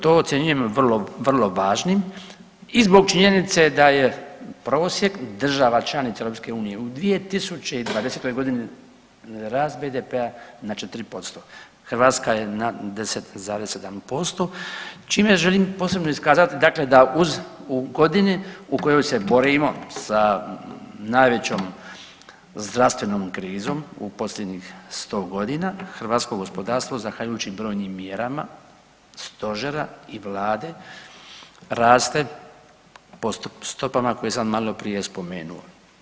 To ocjenjujem vrlo, vrlo važnim i zbog činjenice da je prosjek država članica EU u 2020. godini rast BDP-a na 4%, Hrvatska je na 10,7% čime želim posebno iskazati dakle da uz u godini u kojoj se borimo sa najvećom zdravstvenom krizom u posljednjih 100 godina hrvatsko gospodarstvo zahvaljujući brojnim mjerama stožera i vlade raste po stopama koje sam maloprije spomenuo.